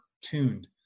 tuned